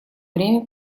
время